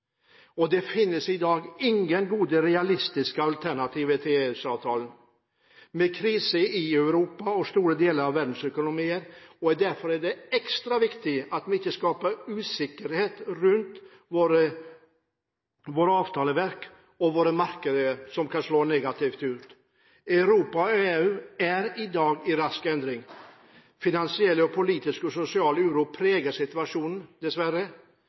Det finnes i dag ingen gode, realistiske alternativer til EØS-avtalen. Med krise i Europa og i store deler av verdensøkonomien er det derfor ekstra viktig at vi ikke skaper usikkerhet rundt våre avtaleverk og våre markeder, noe som kan slå negativt ut. Europa er i dag i rask endring. Finansiell, politisk og sosial uro preger situasjonen, dessverre,